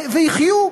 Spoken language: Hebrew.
ויחיו,